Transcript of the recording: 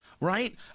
right